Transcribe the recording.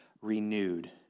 renewed